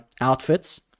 outfits